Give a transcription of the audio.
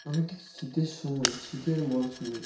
আমি ঠিক শীতের সময় শীতের মরশুমে